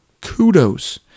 kudos